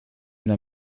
una